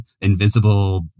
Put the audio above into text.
invisible